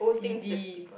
C_D